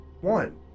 one